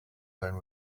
zone